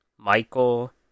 Michael